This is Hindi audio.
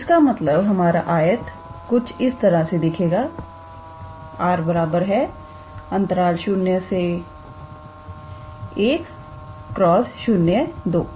तो इसका मतलब हमारा आयत कुछ इस तरह से दिखेगा 𝑅 01 × 02